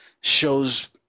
shows